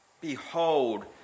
Behold